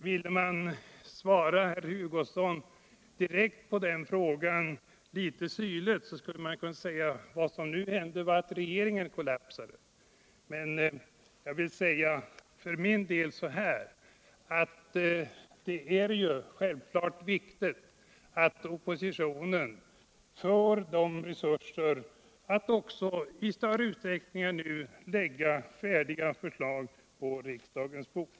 Ville man svara herr Hugosson direkt på den frågan litet syrligt skulle man kunna säga att vad som nu hänt är att den förra regeringen kollapsat, men jag vill endast poängtera att det är naturligt att oppositionen får sådana resurser att den i större utsträckning än nu kan lägga förslag på riksdagens bord.